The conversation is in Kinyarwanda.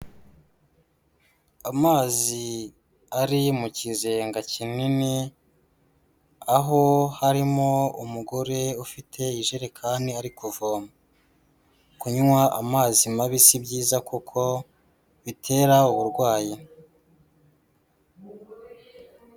Amazi ari mu kizenga kinini aho harimo umugore ufite ijerekani arikovo, kunywa amazi mabi si byiza kuko bitera uburwayi.